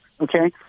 okay